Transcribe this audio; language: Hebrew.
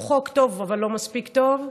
הוא חוק טוב, אבל לא מספיק טוב,